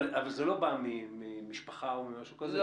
אבל הוא לא בא מן המשפחה או ממשהו כזה,